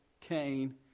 Cain